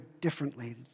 differently